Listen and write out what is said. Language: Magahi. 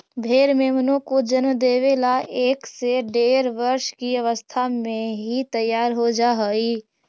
भेंड़ मेमनों को जन्म देवे ला एक से डेढ़ वर्ष की अवस्था में ही तैयार हो जा हई